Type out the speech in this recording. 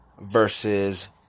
versus